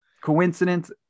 coincidence